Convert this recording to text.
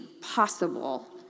possible